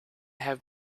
have